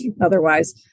otherwise